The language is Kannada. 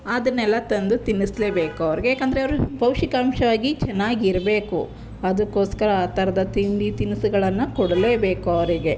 ಅದನ್ನೆಲ್ಲ ತಂದು ತಿನ್ನಿಸಲೇಬೇಕು ಅವ್ರಿಗೆ ಏಕೆಂದ್ರೆ ಅವ್ರ್ಗೆ ಪೌಷ್ಟಿಕಾಂಶ ಆಗಿ ಚೆನ್ನಾಗಿರ್ಬೇಕು ಅದಕ್ಕೋಸ್ಕರ ಆ ಥರದ ತಿಂಡಿ ತಿನಿಸುಗಳನ್ನ ಕೊಡಲೇಬೇಕು ಅವರಿಗೆ